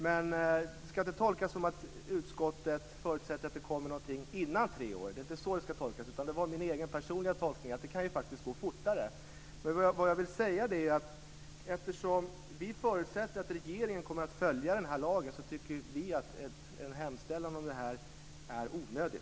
Ska det då tolkas så att utskottet förutsätter att det kommer någonting tidigare än om tre år? Det är inte så det ska tolkas. Det var min egen, personliga tolkning, att det kan gå fortare. Vad jag vill säga är att eftersom vi förutsätter att regeringen kommer att följa lagen tycker vi att en hemställan om det här är onödig.